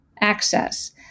access